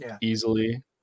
easily